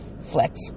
flex